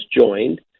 joined